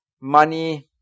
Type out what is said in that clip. money